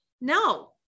No